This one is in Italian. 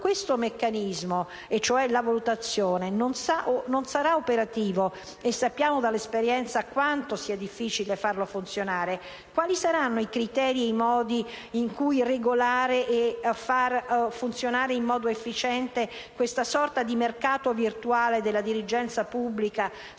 questo meccanismo, e cioè la valutazione, non sarà operativo - e sappiamo dall'esperienza quanto sia difficile farlo funzionare - quali saranno i criteri e i modi con cui regolare e far funzionare in modo efficiente questa sorta di mercato virtuale della dirigenza pubblica, senza